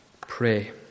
pray